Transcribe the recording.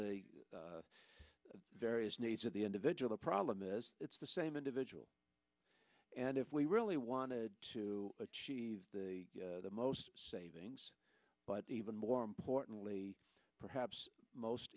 the various needs of the individual problem is it's the same individual and if we really wanted to achieve the most savings but even more importantly perhaps most